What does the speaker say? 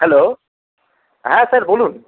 hello হ্যাঁ sir বলুন